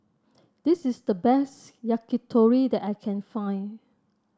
this is the best Yakitori that I can find